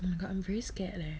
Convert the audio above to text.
mm but I'm very scared leh